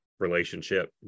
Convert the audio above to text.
Relationship